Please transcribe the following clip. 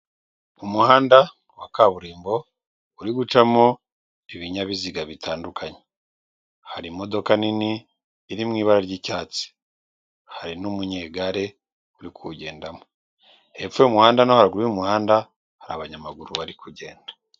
Umuhanda wa kaburimbo uri gucamo ibinyabiziga bitandukanye, hari imodoka nini iri mw'ibara ry'icyatsi, hari n'umunyegare uri kuwugendamo, hepfo y'umuhanda no haruguru y'umuhanda hari abanyamaguru bari kugenda.